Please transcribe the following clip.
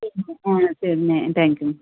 ஆ சரி தேங்க்கியூங்க